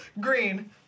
green